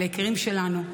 על היקירים שלנו,